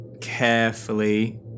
carefully